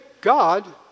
God